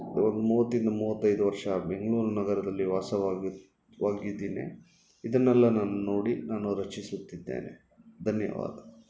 ಒಂದು ಮೂವತ್ತಿಂದ ಮೂವತ್ತೈದು ವರ್ಷ ಬೆಂಗ್ಳೂರು ನಗರದಲ್ಲಿ ವಾಸವಾಗಿ ವಾಗಿದ್ದೀನಿ ಇದನ್ನೆಲ್ಲ ನಾನು ನೋಡಿ ನಾನು ರಚಿಸುತ್ತಿದ್ದೇನೆ ಧನ್ಯವಾದ